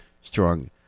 strong